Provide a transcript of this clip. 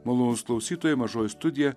malonūs klausytoja mažoji studija